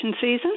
season